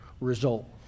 result